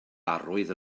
arwydd